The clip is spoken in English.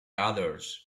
others